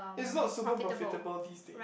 it's not super profitable these days